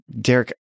Derek